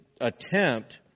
attempt